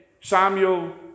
Samuel